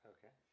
Okay